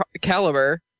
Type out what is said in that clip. caliber